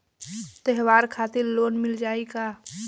त्योहार खातिर लोन मिल जाई का?